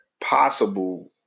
possible